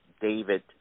David